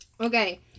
Okay